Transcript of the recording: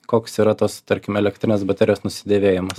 koks yra tos tarkim elektrinės baterijos nusidėvėjimas